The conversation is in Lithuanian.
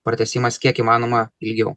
pratęsimas kiek įmanoma ilgiau